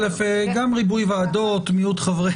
אל"ף מיעוט ועדות וגם של מיעוט חברי